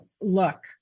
look